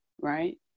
right